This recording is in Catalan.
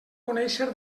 conèixer